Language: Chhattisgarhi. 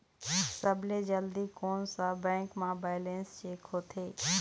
सबसे जल्दी कोन सा बैंक म बैलेंस चेक होथे?